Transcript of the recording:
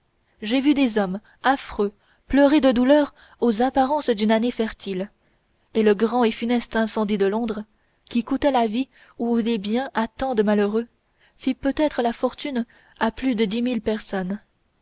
j'ai vu des hommes affreux pleurer de douleur aux apparences d'une année fertile et le grand et funeste incendie de londres qui coûta la vie ou les biens à tant de malheureux fit peut-être la fortune à plus de dix mille personnes